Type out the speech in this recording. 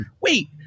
wait